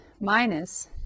minus